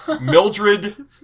Mildred